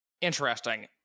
interesting